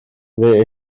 ble